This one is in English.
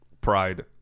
pride